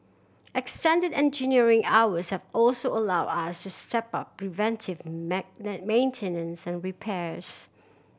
extended engineering hours have also allowed us to step up preventive maintenance and repairs